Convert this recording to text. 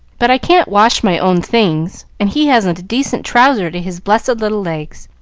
but i can't wash my own things, and he hasn't a decent trouser to his blessed little legs.